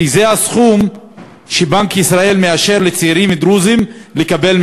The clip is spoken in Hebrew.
כי זה הסכום שבנק ישראל מאשר לצעירים דרוזים לקבל,